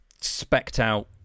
spec'd-out